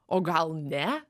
o gal ne